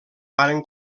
varen